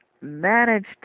managed